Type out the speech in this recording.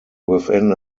within